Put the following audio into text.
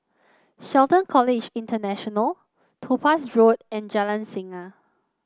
Shelton College International Topaz Road and Jalan Singa